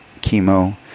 chemo